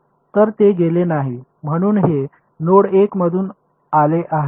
तर ते गेले नाही म्हणून हे नोड १ मधून आले आहे